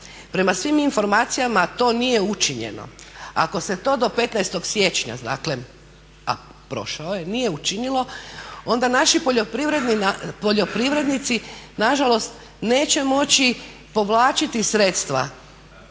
Prema svim informacijama to nije učinjeno. Ako se to do 15. siječnja dakle, a prošao je, nije učinilo onda naši poljoprivrednici nažalost neće moći povlačiti sredstva